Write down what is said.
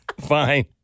Fine